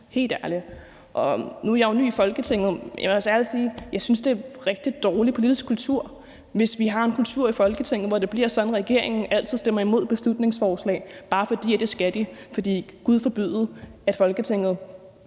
er absurd. Nu er jeg jo ny i Folketinget, men jeg vil altså ærligt sige, at jeg synes, det er en rigtig dårlig politisk kultur, hvis vi har en kultur i Folketinget, hvor det er sådan, at regeringen altid stemmer imod beslutningsforslag, bare fordi det skal de, for gud forbyde, at Folketinget